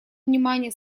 внимания